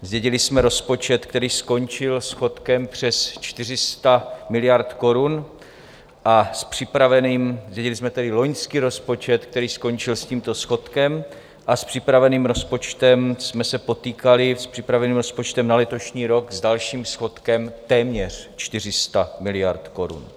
Zdědili jsme rozpočet, který skončil schodkem přes 400 miliard korun, a s připraveným, zdědili jsme tedy loňský rozpočet, který skončil s tímto schodkem, a s připraveným rozpočtem jsme se potýkali, s připraveným rozpočtem na letošní rok, s dalším schodkem téměř 400 miliard korun.